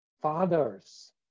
fathers